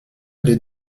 les